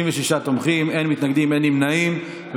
36 תומכים, אין מתנגדים, אין נמנעים.